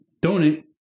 donate